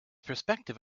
perspective